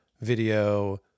video